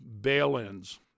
bail-ins